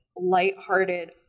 lighthearted